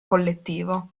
collettivo